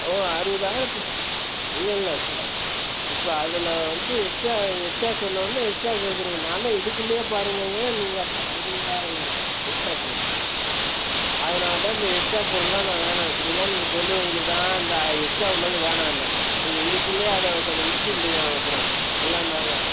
ஓ அறுபதாயிரத்து இல்லை இல்லை இப்போ இப்போ அதில் வந்து எஸ்ட்டா எஸ்ட்டா சொன்னோன்னே எக்ஸ்ட்டா கேட்குறீங்க நான் தான் இதுக்குள்ளயே பாருங்கங்குறேன் நீங்கள் அப்புறம் அறுபதாயிரம் எஸ்ட்டா கேட்குறீங்க அதனால தான் இந்த எஸ்ட்டா பொருள்லாம் நான் வேணால் இப்படில்லாம் நீங்கள் சொல்லுவீங்கன்னு தான் இந்த எஸ்ட்டா உள்ளது வேணான்னேன் நீங்கள் இதுக்குள்ளயே அதை கொஞ்சம் முடிச்சிக் கொடுங்க அப்பறம் எல்லாம் நாங்கள்